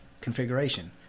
configuration